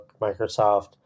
Microsoft